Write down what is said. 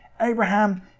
Abraham